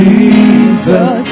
Jesus